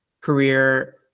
career